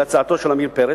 זאת הצעתו של עמיר פרץ,